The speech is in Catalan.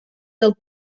del